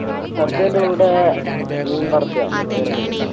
ആ സദ്യേൻ്റെ കൂടെ മീൻ വറുത്തതോ അങ്ങനെ എന്തെങ്കിലും ഉണ്ടോ